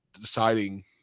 deciding